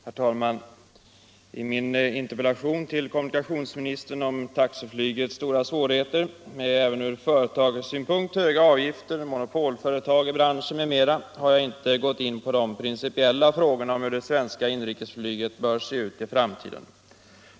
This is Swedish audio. Herr talman! I min interpellation till kommunikationsministern om taxiflygets stora svårigheter med även från företagarsynpunkt höga avgifter, monopolföretag i branschen m.m. har jag inte gått in på de principiella frågorna om hur det svenska inrikesflyget bör se ut i framtiden.